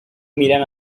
mirant